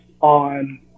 on